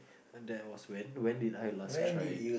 and that was when when did I last try it